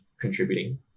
contributing